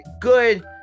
good